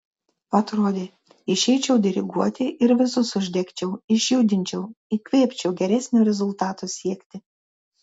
atrodė išeičiau diriguoti ir visus uždegčiau išjudinčiau įkvėpčiau geresnio rezultato siekti